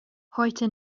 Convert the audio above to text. heute